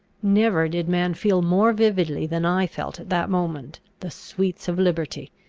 never did man feel more vividly, than i felt at that moment, the sweets of liberty.